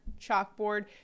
chalkboard